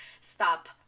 stop